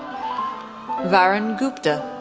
varun gupta,